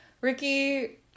Ricky